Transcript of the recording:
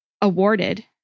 awarded